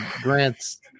Grant's